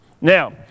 Now